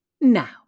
now